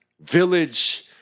village